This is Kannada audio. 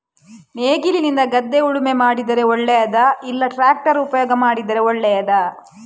ನೇಗಿಲಿನಿಂದ ಗದ್ದೆ ಉಳುಮೆ ಮಾಡಿದರೆ ಒಳ್ಳೆಯದಾ ಇಲ್ಲ ಟ್ರ್ಯಾಕ್ಟರ್ ಉಪಯೋಗ ಮಾಡಿದರೆ ಒಳ್ಳೆಯದಾ?